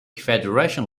federation